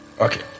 Okay